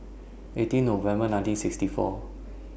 eighteen November nineteen sixty four